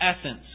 essence